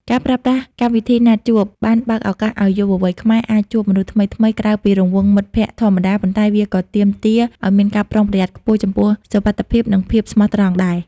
ការប្រើប្រាស់កម្មវិធីណាត់ជួប បានបើកឱកាសឱ្យយុវវ័យខ្មែរអាចជួបមនុស្សថ្មីៗក្រៅពីរង្វង់មិត្តភក្ដិធម្មតា ប៉ុន្តែវាក៏ទាមទារឱ្យមានការប្រុងប្រយ័ត្នខ្ពស់ចំពោះសុវត្ថិភាព និងភាពស្មោះត្រង់ដែរ។